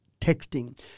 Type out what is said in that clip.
texting